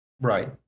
Right